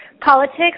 politics